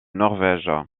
norvège